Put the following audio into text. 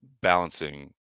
balancing